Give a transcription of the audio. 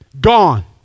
Gone